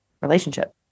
relationship